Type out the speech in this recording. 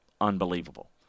unbelievable